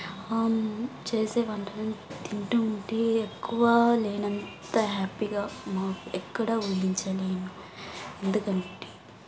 చేసే వంటలను తింటూ ఉంటే ఎక్కువ లేనంత హ్యాపీగా మా ఎక్కడా ఊహించని ఎందుకంటే